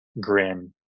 grin